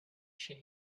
chief